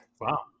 wow